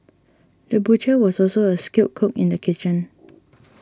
the butcher was also a skilled cook in the kitchen